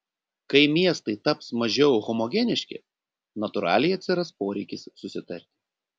kai miestai taps mažiau homogeniški natūraliai atsiras poreikis susitarti